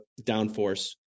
downforce